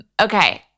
Okay